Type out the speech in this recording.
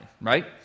right